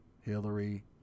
Hillary